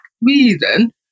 reason